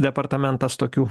departamentas tokių